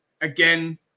again